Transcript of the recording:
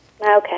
Okay